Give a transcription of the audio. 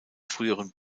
früheren